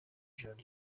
ijoro